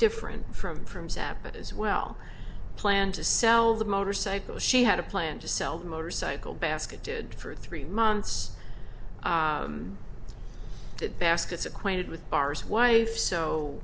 different from from zappa as well planned to sell the motorcycle she had a plan to sell the motorcycle basket did for three months that baskets acquainted with bars wife so